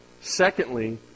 Secondly